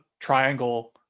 Triangle